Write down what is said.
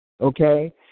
Okay